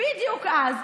בדיוק אז?